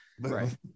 Right